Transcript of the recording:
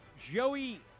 Joey